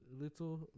little